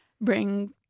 bring